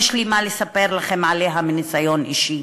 יש לי מה לספר לכם עליה מניסיון אישי.